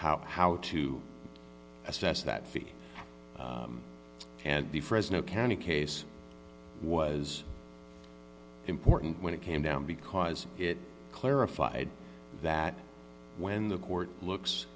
how how to assess that feat and the fresno county case was important when it came down because it clarified that when the